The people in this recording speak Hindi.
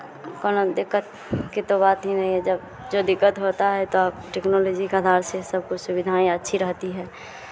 कोनों दिक्कत की तो बात ही नहीं है जब जो दिक्कत होता है तो अब टेक्नोलॉजी के अधार से सब सुविधाएँ अच्छी रहती है